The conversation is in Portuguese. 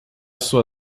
sua